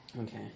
Okay